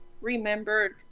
remembered